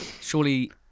Surely